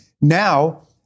Now